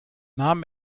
nahm